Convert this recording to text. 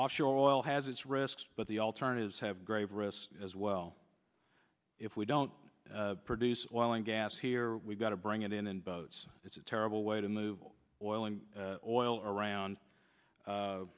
offshore oil has its risks but the alternatives have grave risks as well if we don't produce oil and gas here we've got to bring it in and boats it's a terrible way to move boiling oil around